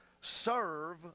serve